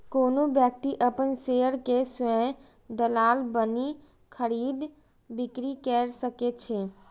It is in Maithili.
कोनो व्यक्ति अपन शेयर के स्वयं दलाल बनि खरीद, बिक्री कैर सकै छै